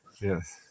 Yes